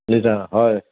litre হয়